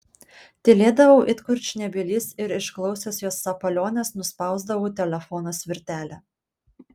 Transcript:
tylėdavau it kurčnebylis ir išklausęs jos sapaliones nuspausdavau telefono svirtelę